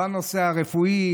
בנושא הרפואי,